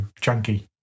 chunky